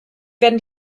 werden